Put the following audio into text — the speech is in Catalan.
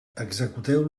executeu